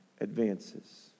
advances